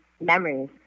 memories